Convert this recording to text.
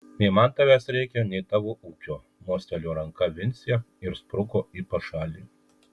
nei man tavęs reikia nei tavo ūkio mostelėjo ranka vincė ir spruko į pašalį